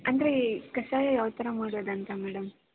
ಅಂದರೆ ಕಷಾಯ ಯಾವ ಥರ ಮಾಡೋದಂತ ಮೇಡಮ್